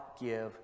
give